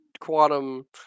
Quantum